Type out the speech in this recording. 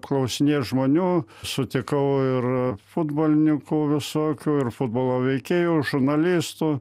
klausinėt žmonių sutikau ir futbolininkų visokių ir futbolo veikėjų žurnalistų